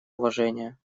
уважения